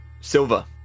Silva